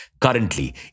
Currently